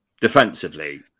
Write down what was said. Defensively